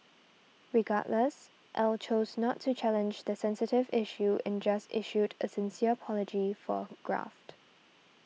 regardless Ell chose not to challenge the sensitive issue and just issued a sincere apology for graft